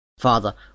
Father